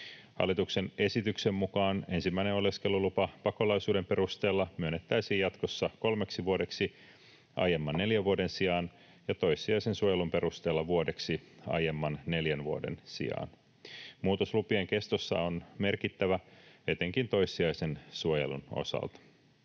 Hallituksen esityksen mukaan ensimmäinen oleskelulupa pakolaisuuden perusteella myönnettäisiin jatkossa kolmeksi vuodeksi aiemman neljän vuoden sijaan ja toissijaisen suojelun perusteella vuodeksi aiemman neljän vuoden sijaan. Muutos lupien kestossa on merkittävä etenkin toissijaisen suojelun osalta.